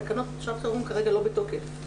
התקנות לשעת חרום כרגע לא בתוקף.